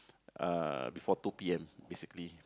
uh before two P_M basically